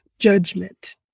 judgment